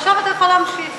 בקוראן אין כזאת מילה.